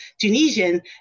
Tunisian